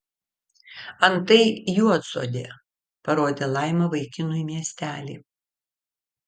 antai juodsodė parodė laima vaikinui miestelį